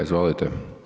Izvolite.